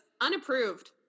unapproved